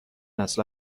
اصلا